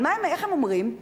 אבל איך הם אומרים?